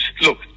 Look